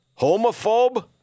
Homophobe